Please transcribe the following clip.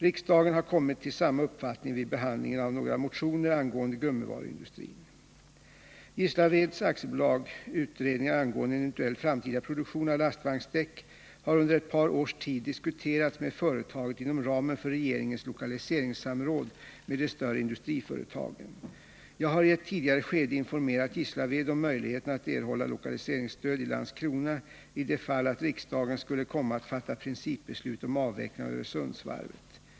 Riksdagen har kommit till samma uppfattning vid behandlingen av några motioner angående gummivaruindustrin . Gislaved AB:s utredningar angående en eventuell framtida produktion av lastvagnsdäck har under ett par års tid diskuterats med företaget inom ramen för regeringens lokaliseringssamråd med de större industriföretagen. Jag har i ett tidigare skede informerat Gislaved om möjligheterna att erhålla lokaliseringsstöd i Landskrona i det fall att riksdagen skulle komma att fatta principbeslut om avveckling av Öresundsvarvet.